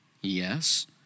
yes